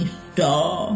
star